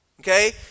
Okay